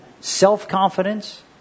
self-confidence